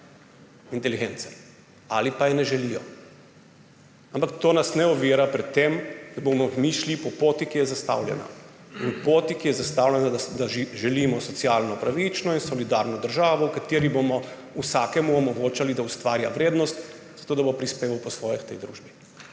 inteligence ali pa je ne želijo. Ampak to nas ne ovira pri tem, da bomo mi šli po poti, ki je zastavljena. Po poti, ki je zastavljena, da želimo socialno pravično in solidarno državo, v kateri bomo vsakemu omogočali, da ustvarja vrednost, zato da bo prispeval po svoje k tej družbi.